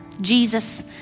Jesus